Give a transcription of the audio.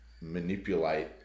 manipulate